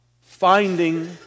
finding